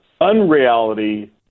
unreality